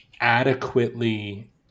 adequately